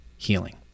Healing